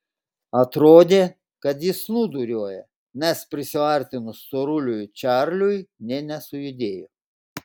atrodė kad jis snūduriuoja nes prisiartinus storuliui čarliui nė nesujudėjo